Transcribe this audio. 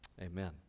amen